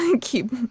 Keep